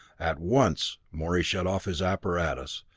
at once morey shut off his apparatus,